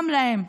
גם להם.